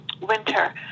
winter